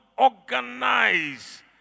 organize